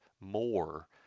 more